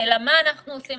אלא מה אנחנו עושים,